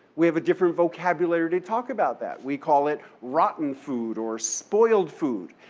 we have a different vocabulary to talk about that. we call it rotten food or spoiled food,